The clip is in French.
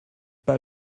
pas